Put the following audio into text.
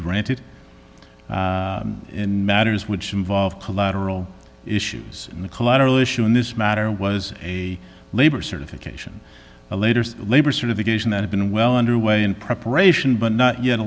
granted in matters which involve collateral issues in the collateral issue in this matter was a labor certification labor certification that had been well underway in preparation but not yet